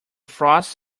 frost